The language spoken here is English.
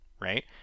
right